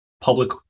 public